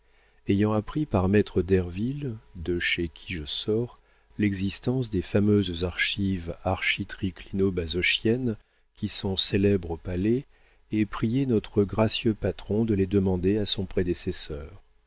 ayant appris par maître derville de chez qui je sors l'existence des fameuses archives architriclino basochiennes qui sont célèbres au palais ai prié notre gracieux patron de les demander à son prédécesseur